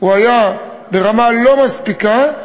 היה ברמה לא מספיקה,